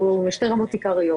או שתי רמות עיקריות.